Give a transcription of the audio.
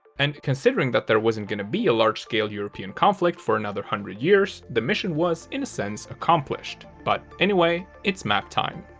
and considering that there wasn't going to be a large-scale european conflict for another one hundred years. the mission was, in a sense, accomplished. but anyway, it's map time!